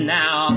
now